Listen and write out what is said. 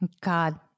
God